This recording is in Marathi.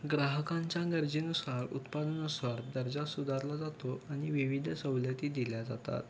ग्राहकांच्या गरजेनुसार उत्पादनानुसार दर्जा सुधारला जातो आनि विविध सवलती दिल्या जातात